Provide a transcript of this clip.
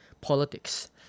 politics